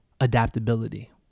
adaptability